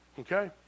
Okay